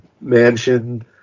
mansion